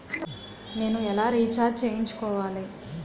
నేను ఎలా రీఛార్జ్ చేయించుకోవాలి?